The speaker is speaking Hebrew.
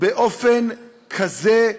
באופן כזה,